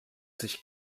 sich